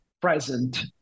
present